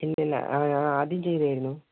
ഇല്ല ഇല്ല ആദ്യം ചെയ്താരുന്നു